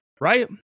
right